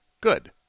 Good